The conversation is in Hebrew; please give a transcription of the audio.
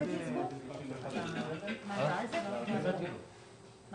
ננעלה בשעה 13:35.